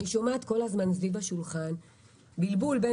אני שומעת כל הזמן סביב השולחן בלבול בין